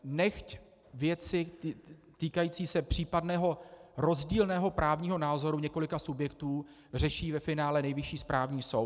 Nechť věci týkající se případného rozdílného právního názoru několika subjektů řeší ve finále Nejvyšší správní soud.